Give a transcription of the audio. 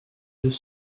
deux